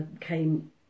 came